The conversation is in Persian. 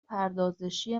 پردازشی